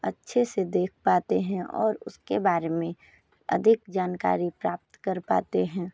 अच्छे से देख पाते हैं और उसके बारे में अधिक जानकारी प्राप्त कर पाते हैं